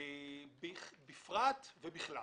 בפרט ובכלל.